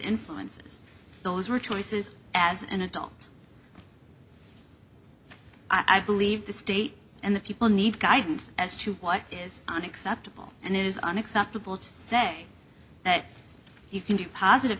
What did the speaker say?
influences those were choices as an adult i believe the state and the people need guidance as to what is unacceptable and it is unacceptable to say that you can do positive